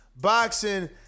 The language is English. Boxing